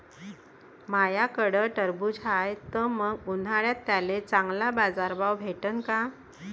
माह्याकडं टरबूज हाये त मंग उन्हाळ्यात त्याले चांगला बाजार भाव भेटन का?